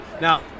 Now